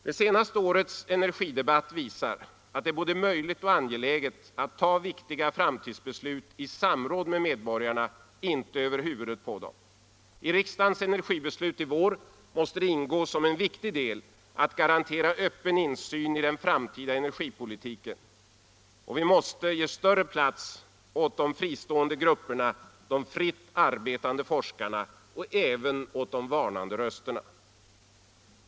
Det senaste årets energidebatt visar att det är både möjligt och angeläget att ta viktiga framtidsbeslut i samråd med medborgarna, inte över huvudet på dem. I riksdagens energibeslut i vår måste ingå som en viktig del att garantera öppen insyn i den framtida energipolitiken. Vi måste ge större plats åt de fristående grupperna, de fritt arbetande forskarna och de varnande rösterna.